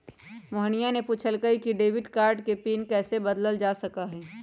मोहिनीया ने पूछल कई कि डेबिट कार्ड के पिन कैसे बदल्ल जा सका हई?